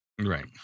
Right